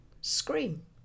scream